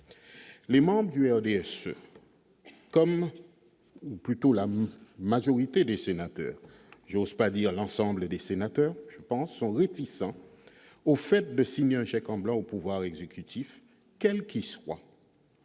l'ensemble du moins la majorité des sénateurs, sont réticents au fait de signer un chèque en blanc au pouvoir exécutif, quel qu'il soit,